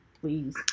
please